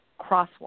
crosswalk